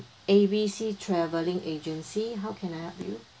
A B C travelling agency how can I help you